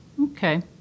Okay